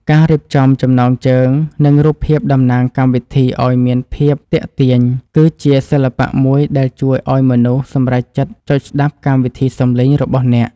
ការរៀបចំចំណងជើង និងរូបភាពតំណាងកម្មវិធីឱ្យមានភាពទាក់ទាញគឺជាសិល្បៈមួយដែលជួយឱ្យមនុស្សសម្រេចចិត្តចុចស្តាប់កម្មវិធីសំឡេងរបស់អ្នក។